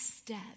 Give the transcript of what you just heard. Step